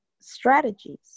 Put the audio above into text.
strategies